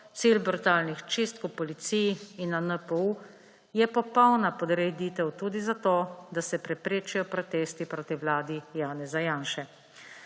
cilj brutalnih čistk v policiji in na NPU je popolna podreditev tudi zato, da se preprečijo protesti proti vladi Janeza Janše.